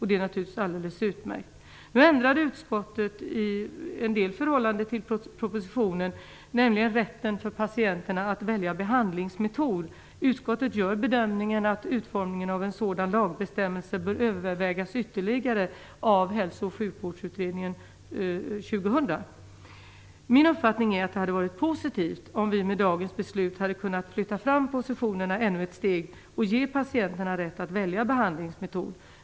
Det är alldeles utmärkt. Utskottet har ändrat en del i förhållande till propositionen, nämligen rätten för patienterna att välja behandlingsmetod. Utskottet gör bedömningen att utformningen av en sådan lagbestämmelse bör övervägas ytterligare av Hälso och sjukvårdsutredningen 2000. Min uppfattning är att det hade varit positivt om vi med dagens beslut hade kunnat flytta fram positionerna ännu ett steg och ge patienterna rätt att välja behandlingsmetod.